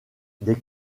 des